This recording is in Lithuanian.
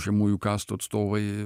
žemųjų kastų atstovai